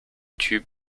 tubes